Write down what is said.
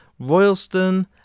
Royalston